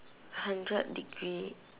hundred degree